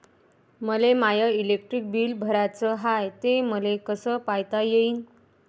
मले my electric bill भराचं हाय, ते मले कस पायता येईन?